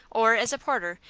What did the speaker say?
or as porter,